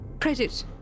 credit